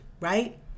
right